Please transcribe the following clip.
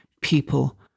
people